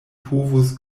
povus